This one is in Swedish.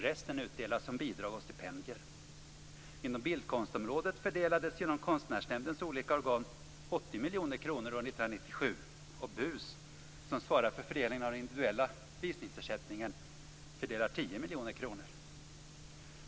Resten utdelas som bidrag och stipendier. 1997. BUS, som svarar för fördelningen av den individuella visningsersättningen, fördelar 10 miljoner kronor.